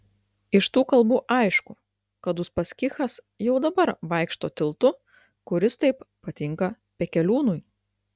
iš tų kalbų aišku kad uspaskichas jau dabar vaikšto tiltu kuris taip patinka pekeliūnui